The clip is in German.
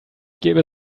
gebe